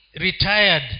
retired